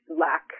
lack